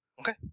Okay